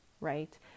right